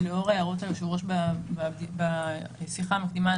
לאור הערות היושב ראש והשיחה המקדימה,